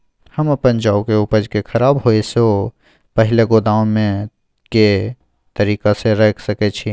हम अपन जौ के उपज के खराब होय सो पहिले गोदाम में के तरीका से रैख सके छी?